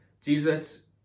Jesus